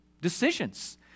decisions